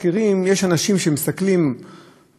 אבל מי שקצת יותר קרוב לעניין ומי ששומע יותר